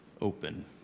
open